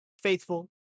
faithful